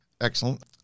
Excellent